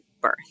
birth